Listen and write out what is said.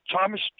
Thomas